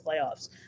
playoffs